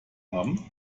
haben